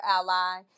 ally